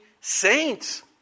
saints